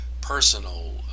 personal